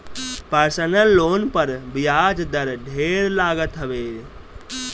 personal loan पर बियाज दर ढेर लागत हवे